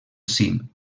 cim